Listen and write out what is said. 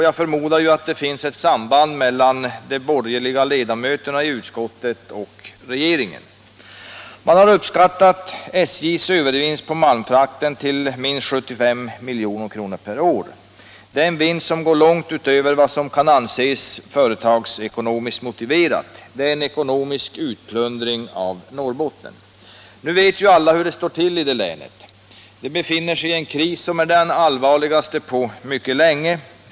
Jag förmodar att det finns ett samband mellan de borgerliga ledamöterna i utskottet och regeringen. Man har uppskattat SJ:s övervinst på malmfrakten till minst 75 milj.kr. per år. Det är en vinst som går långt utöver vad som kan anses företagsekonomiskt motiverat. Det handlar om en ekonomisk utplundring av Norrbotten. Alla vet hur det står till i det länet. Det befinner sig i en kris som är den allvarligaste på mycket länge.